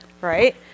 right